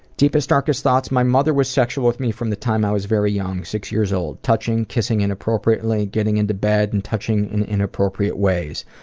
deepest, darkest thoughts, my mother was sexual with me from the time i was very young, six years old, touching, kissing inappropriately, getting into bed and touching in inappropriate ways.